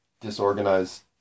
disorganized